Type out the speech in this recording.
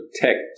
protect